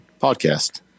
podcast